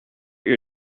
your